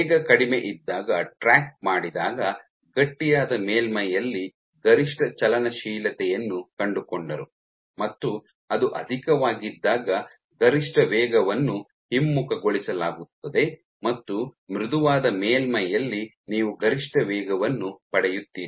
ವೇಗ ಕಡಿಮೆ ಇದ್ದಾಗ ಟ್ರ್ಯಾಕ್ ಮಾಡಿದಾಗ ಗಟ್ಟಿಯಾದ ಮೇಲ್ಮೈಯಲ್ಲಿ ಗರಿಷ್ಠ ಚಲನಶೀಲತೆಯನ್ನು ಕಂಡುಕೊಂಡರು ಮತ್ತು ಅದು ಅಧಿಕವಾಗಿದ್ದಾಗ ಗರಿಷ್ಠ ವೇಗವನ್ನು ಹಿಮ್ಮುಖಗೊಳಿಸಲಾಗುತ್ತದೆ ಮತ್ತು ಮೃದುವಾದ ಮೇಲ್ಮೈಯಲ್ಲಿ ನೀವು ಗರಿಷ್ಠ ವೇಗವನ್ನು ಪಡೆಯುತ್ತೀರಿ